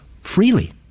freely